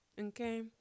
Okay